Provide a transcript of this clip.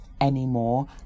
anymore